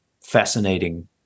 fascinating